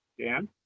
Dan